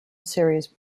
series